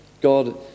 God